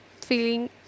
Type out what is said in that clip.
feeling